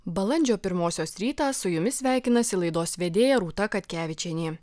balandžio pirmosios rytą su jumis sveikinasi laidos vedėja rūta katkevičienė